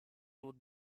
would